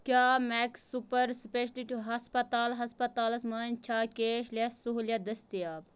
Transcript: کیٛاہ میٚکٕس super speciality ہسپتال ہسپتالَس منٛز چھا کیش لیس سہولیت دٔستیاب